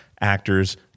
actors